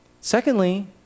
Secondly